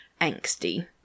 angsty